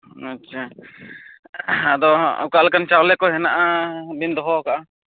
ᱟᱪᱪᱷᱟ ᱟᱫᱚ ᱚᱠᱟᱞᱮᱠᱟᱱ ᱪᱟᱣᱞᱮ ᱠᱚ ᱦᱮᱱᱣᱟᱜᱼᱟ ᱵᱤᱱ ᱫᱚᱦᱚᱣᱟᱠᱟᱜᱼᱟ